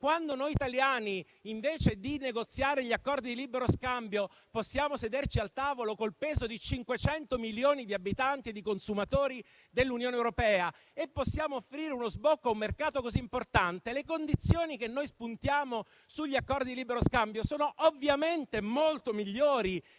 quando noi italiani, invece di negoziare da soli gli accordi di libero scambio, possiamo sederci al tavolo col peso di 500 milioni di abitanti e consumatori dell'Unione europea e offrire sbocco vero un mercato così importante, le condizioni che spuntiamo sugli accordi di libero scambio sono ovviamente molto migliori